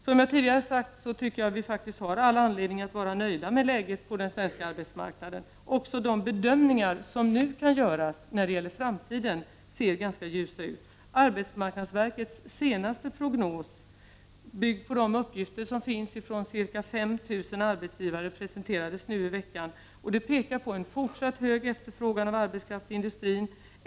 Som jag tidigare har sagt tycker jag faktiskt att vi har all anledning att vara nöjda med läget på den svenska arbetsmarknaden. De bedömningar som nu kan göras när det gäller framtiden ser ganska ljusa ut. Arbetsmarknadsverkets senaste prognos, byggd på de uppgifter som lämnats från ca 5 000 arbetsgivare, presenterades nu i veckan. Den pekar på en fortsatt hög efterfrågan av arbetskraft till industrin.